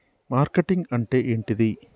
Marketing అంటే ఏంటిది?